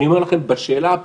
אני אומר לכם בשאלה הבסיסית,